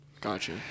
gotcha